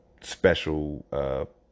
special